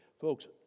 Folks